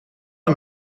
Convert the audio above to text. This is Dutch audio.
hem